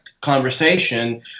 conversation